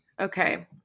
Okay